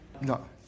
No